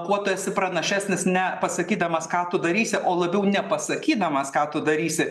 kuo tu esi pranašesnis nepasakydamas ką tu darysi o labiau nepasakydamas ką tu darysi